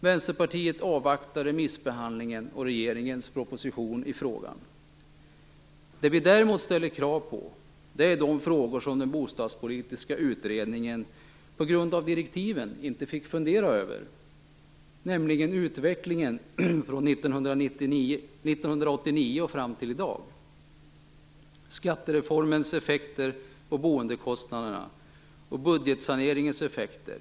Vänsterpartiet avvaktar remissbehandlingen och regeringens proposition. Vad vi däremot ställer krav på gäller de frågor som den bostadspolitiska utredningen på grund av direktiven inte fick fundera över, nämligen utvecklingen från 1989 och fram till i dag, skattereformens effekter på boendekostnader och budgetsaneringens effekter.